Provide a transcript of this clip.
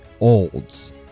Olds